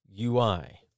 UI